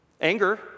Anger